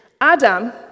Adam